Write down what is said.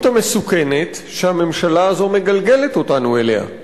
המסוכנת שהממשלה הזאת מגלגלת אותנו אליה.